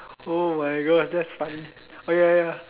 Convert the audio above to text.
oh my god that's funny oh ya ya